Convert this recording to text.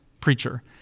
preacher